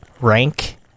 Rank